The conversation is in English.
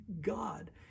God